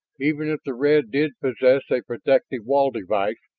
even if the red did possess a protective wall device,